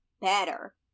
better